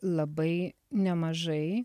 labai nemažai